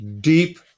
deep